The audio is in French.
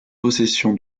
possession